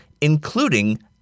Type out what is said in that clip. including